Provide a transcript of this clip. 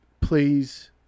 Please